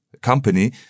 company